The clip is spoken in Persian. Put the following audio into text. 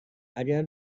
اگر